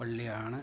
പള്ളിയാണ്